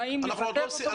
נכון.